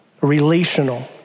relational